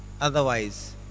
Otherwise